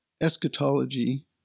eschatology